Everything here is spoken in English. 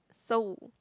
so